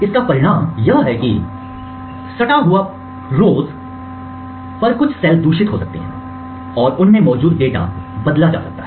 इसका परिणाम यह है कि आसन्न सटा हुआ पंक्तियों रो पर कुछ सेल दूषित हो सकती हैं और उनमें मौजूद डेटा बदला जा सकता है